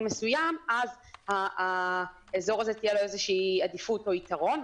מסוים אז לאזור הזה תהיה איזו עדיפות או יתרון.